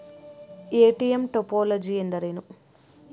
ATM topology ಎಂದರೇನು?